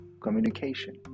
communication